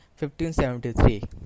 1573